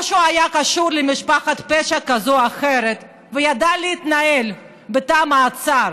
או שהוא היה קשור למשפחת פשע כזו או אחרת וידע להתנהל בתא המעצר,